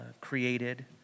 created